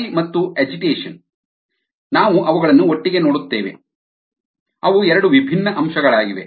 ಗಾಳಿ ಮತ್ತು ಅಜಿಟೇಷನ್ ನಾವು ಅವುಗಳನ್ನು ಒಟ್ಟಿಗೆ ನೋಡುತ್ತೇವೆ ಅವು ಎರಡು ವಿಭಿನ್ನ ಅಂಶಗಳಾಗಿವೆ